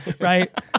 right